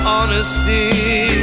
Honesty